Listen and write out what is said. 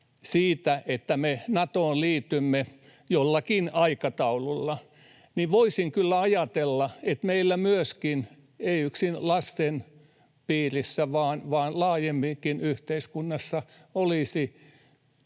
siitä, että me Natoon liitymme jollakin aikataululla, niin voisin kyllä ajatella, että meillä ei yksin lasten piirissä vaan laajemminkin yhteiskunnassa olisi